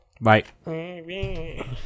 Bye